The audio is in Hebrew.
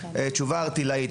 תשובה ערטילאית.